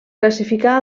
classificà